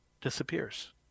disappears